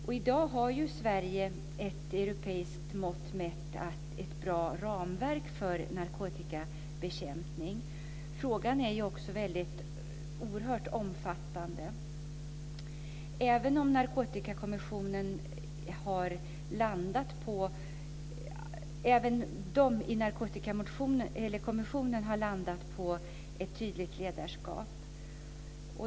I dag har ju Sverige ett med europeiskt mått mätt bra ramverk för narkotikabekämpning. Frågan är oerhört omfattande. Även Narkotikakommissionen har landat på ett tydligt ledarskap.